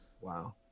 Wow